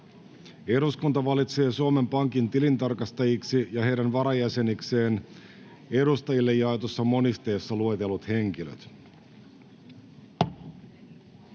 Eduskunta valitsee Suomen pankin tilintarkastajiksi ja heidän varajäsenikseen edustajille jaetussa monisteessa luetellut henkilöt.